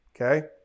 okay